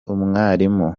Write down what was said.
umwarimu